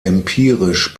empirisch